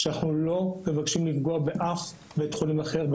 אנחנו לא מבקשים לפגוע באף בית חולים אחר,